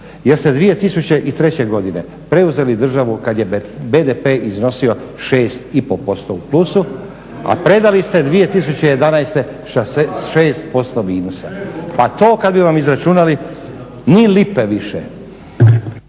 ste 2003. godine preuzeli državu kad je BDP iznosio 6,5% u plusu, a predali ste je 2011. sa 6% minusa. Pa to kad bi vam izračunali ni lipe više.